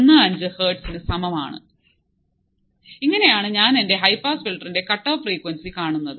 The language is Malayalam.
15 ഹേർട്സ് നു സമമാണ് ഇങ്ങനെയാണ് ഞാൻ എൻറെ ഹൈ പാസ് ഫിൽറ്ററിന്റെ കട്ട് ഓഫ് ഫ്രീക്വൻസി കാണുന്നത്